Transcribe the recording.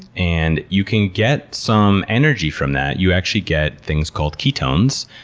and you can get some energy from that. you actually get things called ketones,